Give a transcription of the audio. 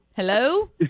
Hello